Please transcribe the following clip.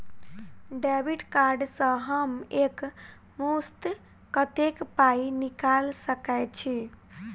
Debit card सँ हम एक मुस्त कत्तेक पाई निकाल सकय छी?